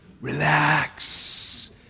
relax